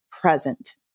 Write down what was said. present